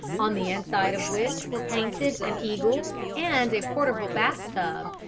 on the inside of which were painted an eagle and a portable bath-tub,